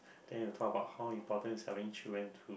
then you talk about how important is having children too